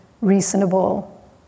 reasonable